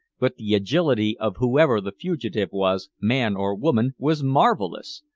but the agility of whoever the fugitive was, man or woman, was marvelous.